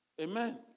Amen